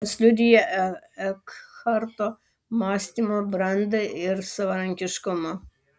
jos liudija ekharto mąstymo brandą ir savarankiškumą